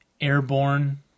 airborne